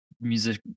music